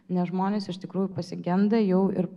nes žmonės iš tikrųjų pasigenda jau ir